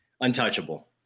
untouchable